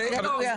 זה הדבר.